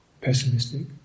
Pessimistic